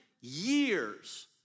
years